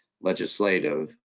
legislative